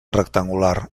rectangular